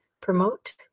promote